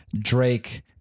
Drake